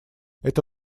это